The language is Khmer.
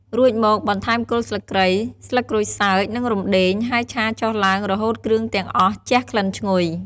រួចមក បន្ថែមគល់ស្លឹកគ្រៃ ស្លឹកក្រូចសើច និងរំដេង ហើយឆាចុះឡើង រហូតគ្រឿងទាំងអស់ជះក្លិនឈ្ងុយ។